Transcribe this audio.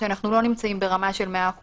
שאנחנו לא נמצאים ברמה של 100%,